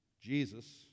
Jesus